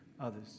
others